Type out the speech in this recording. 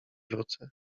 wrócę